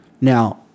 Now